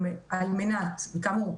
כאמור,